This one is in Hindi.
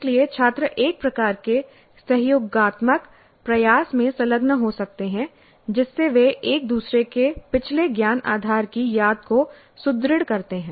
इसलिए छात्र एक प्रकार के सहयोगात्मक प्रयास में संलग्न हो सकते हैं जिससे वे एक दूसरे के पिछले ज्ञान आधार की याद को सुदृढ़ करते हैं